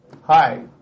Hi